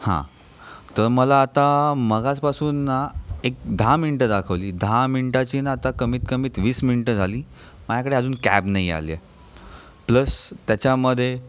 हा तर मला आता मगासपासून ना एक दहा मिनटं दाखवली दहा मिनिटाची ना आता कमीत कमीत वीस मिनिटं झाली माझ्याकडे अजून कॅब नाही आली आहे प्लस त्याच्यामध्ये